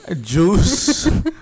juice